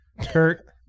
Kurt